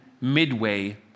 midway